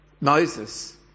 Moses